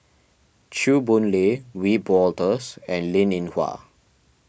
Chew Boon Lay Wiebe Wolters and Linn in Hua